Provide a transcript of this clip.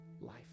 life